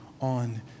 on